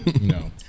No